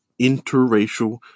interracial